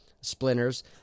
splinters